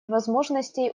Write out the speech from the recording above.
возможностей